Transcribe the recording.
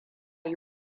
yi